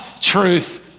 truth